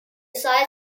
sides